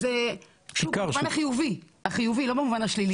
שוק במובן החיובי ולא השלילי.